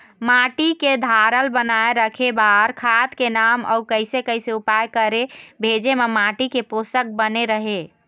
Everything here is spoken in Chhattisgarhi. माटी के धारल बनाए रखे बार खाद के नाम अउ कैसे कैसे उपाय करें भेजे मा माटी के पोषक बने रहे?